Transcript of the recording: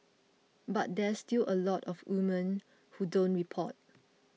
but there's still a lot of women who don't report